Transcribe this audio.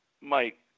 Mike